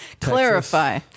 Clarify